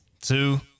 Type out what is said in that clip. two